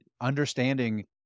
understanding